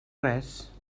res